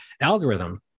algorithm